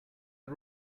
are